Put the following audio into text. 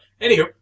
anywho